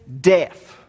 death